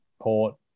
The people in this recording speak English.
Port